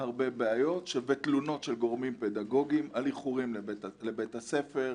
תלונות של גורמים פדגוגיים על איחורים לבית הספר.